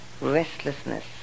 restlessness